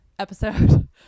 Episode